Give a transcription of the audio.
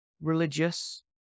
religious